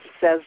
says